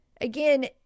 again